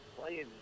playing